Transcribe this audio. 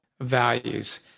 values